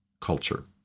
culture